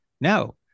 No